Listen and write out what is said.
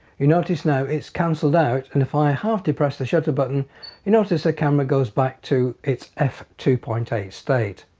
you notice now it's canceled out and if i half press the shutter button you notice the camera goes back to its f two point eight state.